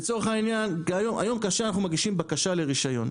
לצורך העניין היום כאשר אנחנו מגישים בקשה לרישיון,